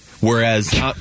Whereas